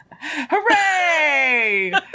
Hooray